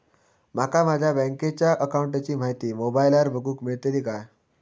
माका माझ्या बँकेच्या अकाऊंटची माहिती मोबाईलार बगुक मेळतली काय?